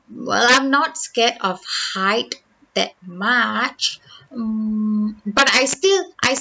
well I'm not scared of height that much mm but I still I